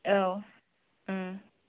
औ